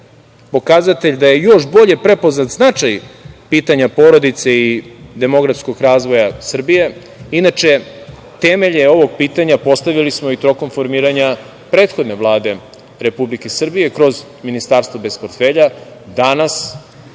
pokazatelj da je još bolje prepoznat značaj pitanja porodice i demografskog razvoja Srbije. Inače, temelje ovog pitanje postavljali smo i tokom formiranja prethodne Vlade Republike Srbije kroz Ministarstvo bez portfelja. Danas